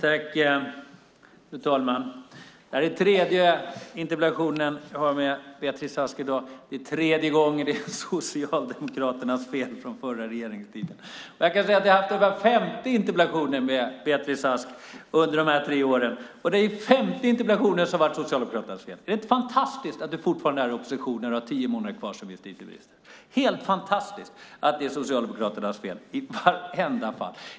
Fru talman! Det här är tredje interpellationsdebatten jag har med Beatrice Ask i dag, och det är tredje gången det är Socialdemokraternas fel från förra regeringstiden. Jag har haft ungefär 50 interpellationsdebatter med justitieminister Beatrice Ask under de här tre åren, och i 50 interpellationsdebatter har det varit Socialdemokraternas fel. Är det inte fantastiskt att du fortfarande är i opposition när du har tio månader kvar som justitieminister? Det är helt fantastiskt att det är Socialdemokraternas fel i vartenda fall.